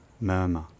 Murmur